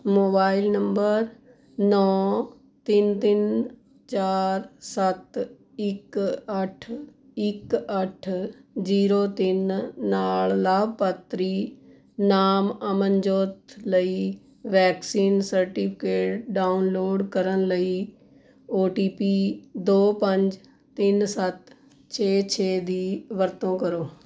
mobile number ਨੌਂ ਤਿੰਨ ਤਿੰਨ ਚਾਰ ਸੱਤ ਇੱਕ ਅੱਠ ਇੱਕ ਅੱਠ ਜੀਰੋ ਤਿੰਨ ਨਾਲ ਲਾਭਪਾਤਰੀ ਨਾਮ ਅਮਨਜੋਤ ਲਈ ਵੈਕਸੀਨ ਸਰਟੀਫਿਕੇਟ ਡਾਊਨਲੋਡ ਕਰਨ ਲਈ ਓ ਟੀ ਪੀ ਦੋ ਪੰਜ ਤਿੰਨ ਸੱਤ ਛੇ ਛੇ ਦੀ ਵਰਤੋਂ ਕਰੋ